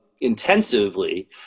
intensively